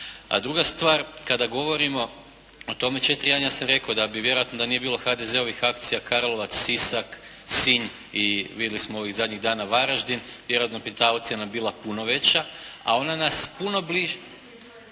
druga stvar kada govorimo o tome … /Govornik se ne razumije./ … ja sam rekao da bi vjerojatno da nije bilo HDZ-ovih akcija Karlovac, Sisak, Sinj i vidjeli smo ovih zadnjih dana Varaždin vjerojatno bi ta ocjena bila puno veća a ona nas puno …